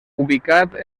ubicat